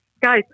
Guys